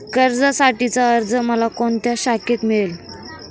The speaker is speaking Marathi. कर्जासाठीचा अर्ज मला कोणत्या शाखेत मिळेल?